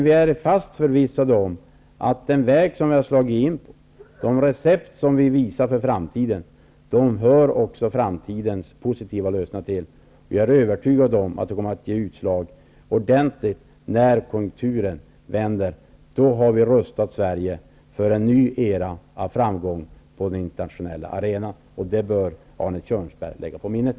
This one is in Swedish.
Vi är fast förvissade om att den väg vi har slagit in på, de recept vi anvisar för framtiden, också hör framtidens positiva lösningar till. Vi är övertygade om att det kommer att ge ordentligt utslag när konjunkturen vänder. Då har vi rustat Sverige för en ny era av framgång på den internationella arenan. Det bör Arne Kjörnsberg lägga på minnet.